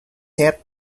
set